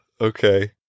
Okay